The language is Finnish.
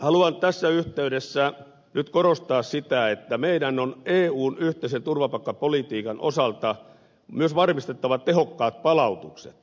haluan tässä yhteydessä nyt korostaa sitä että meidän on eun yhteisen turvapaikkapolitiikan osalta myös varmistettava tehokkaat palautukset